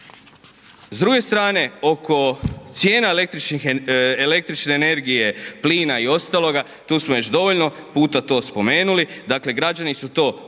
S druge strane, oko cijena električne energije, plina i ostaloga, tu smo već dovoljno puta to spomenuli, dakle građani su to osjetili